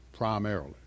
primarily